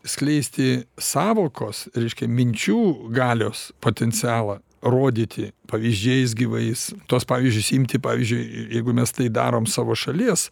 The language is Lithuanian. skleisti sąvokos reiškia minčių galios potencialą rodyti pavyzdžiais gyvais tuos pavyzdžius imti pavyzdžiui jeigu mes tai darom savo šalies